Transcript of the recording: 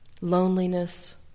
loneliness